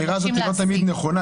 האמירה הזאת לא תמיד נכונה.